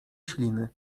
śliny